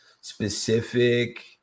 specific